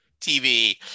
tv